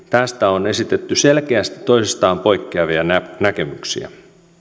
tästä on esitetty selkeästi toisistaan poikkeavia näkemyksiä